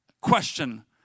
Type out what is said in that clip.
question